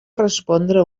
respondre